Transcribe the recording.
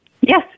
Yes